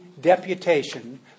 deputation